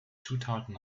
zutaten